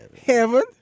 heaven